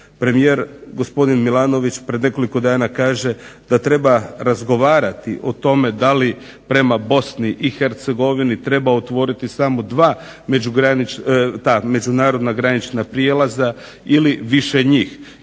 Premijer, gospodin Milanović, pred nekoliko dana kaže da treba razgovarati o tome da li prema BiH treba otvoriti samo 2 ta međunarodna granična prijelaza ili više njih?